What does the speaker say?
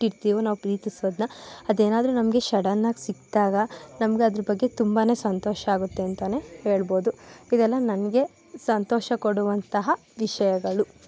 ಇಟ್ಟಿರ್ತೇವೋ ನಾವು ಪ್ರೀತಿಸೋದನ್ನ ಅದೇನಾದ್ರೂ ನಮಗೆ ಶಡನ್ನಾಗಿ ಸಿಕ್ಕಿದಾಗ ನಮಗೆ ಅದರ ಬಗ್ಗೆ ತುಂಬನೇ ಸಂತೋಷ ಆಗುತ್ತೆ ಅಂತಲೇ ಹೇಳ್ಬೋದು ಇದೆಲ್ಲ ನನಗೆ ಸಂತೋಷ ಕೊಡುವಂತಹ ವಿಷಯಗಳು